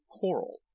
coral